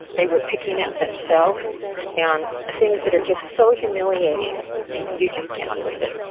they were picking at themselves and things that are just so humiliating you just can't believe it.